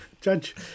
Judge